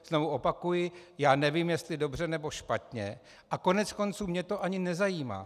Znovu opakuji, já nevím, jestli dobře, nebo špatně, a koneckonců mě to ani nezajímá.